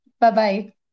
Bye-bye